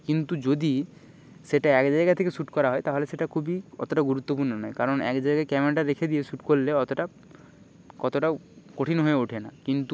এবং অনেক ধরনের ব্যায়ামের সরঞ্জাম থাকে সেখানে আমি সেই ব্যায়ামগুলো করি যাতে ফুটবল গ্রাউণ্ডে এবং জিমে যাই জিমেও আমি সেইগুলো করি